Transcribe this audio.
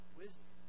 wisdom